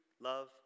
love